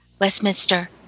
Westminster